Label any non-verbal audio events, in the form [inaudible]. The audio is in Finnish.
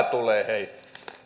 [unintelligible] tulee hei